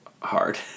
hard